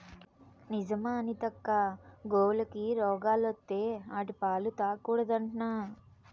నిజమా అనితక్కా, గోవులకి రోగాలత్తే ఆటి పాలు తాగకూడదట్నా